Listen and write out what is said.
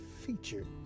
featured